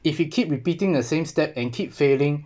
if you keep repeating the same step and keep failing